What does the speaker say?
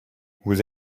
vous